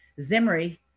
Zimri